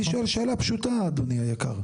אני שואל שאלה פשוטה, אדוני היקר: